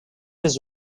was